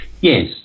yes